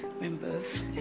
members